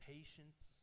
Patience